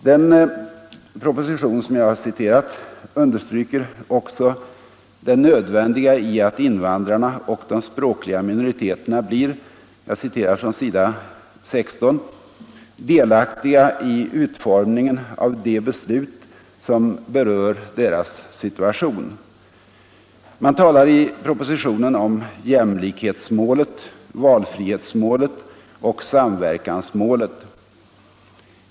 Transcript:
Den aktuella propositionen understryker också det nödvändiga i att invandrarna och de språkliga minoriteterna blir — jag citerar från s. 16 —- ”delaktiga i utformningen av de beslut som berör deras situation”. Man talar i propositionen om jämlikhetsmålet, valfrihetsmålet och samverkansmålet.